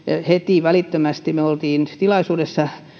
heti välittömästi tilaisuuteen